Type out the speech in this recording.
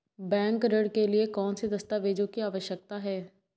Bank ऋण के लिए कौन से दस्तावेजों की आवश्यकता है?